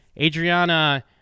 Adriana